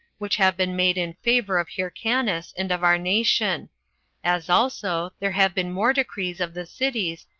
which have been made in favor of hyrcanus, and of our nation as also, there have been more decrees of the cities,